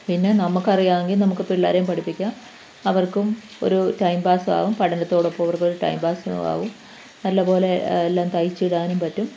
പിന്നെ നമുക്ക് അറിയാമെങ്കിൽ നമുക്ക് പിള്ളേരെയും പഠിപ്പിക്കാം അവർക്കും ഒരു ടൈംപാസ്സ് ആകും പഠനത്തോടൊപ്പം അവർക്ക് ഒരു ടൈംപാസും ആകും നല്ലതുപോലെ എല്ലാം തയ്ച്ചിടാനും പറ്റും